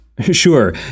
Sure